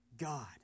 God